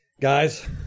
Guys